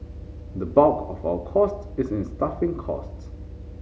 the bulk of our costs is in staffing costs